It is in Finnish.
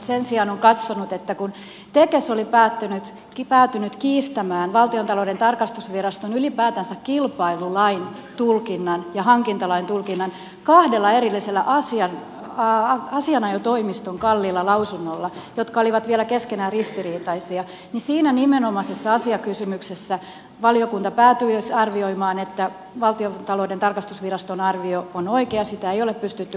sen sijaan se on katsonut että kun tekes oli päätynyt kiistämään valtiontalouden tarkastusviraston ylipäätänsä kilpailulain tulkinnan ja hankintalain tulkinnan kahdella erillisellä asianajotoimiston kalliilla lausunnolla jotka olivat vielä keskenään ristiriitaisia siinä nimenomaisessa asiakysymyksessä valiokunta päätyi arvioimaan että valtiontalouden tarkastusviraston arvio on oikea sitä ei ole pystytty horjuttamaan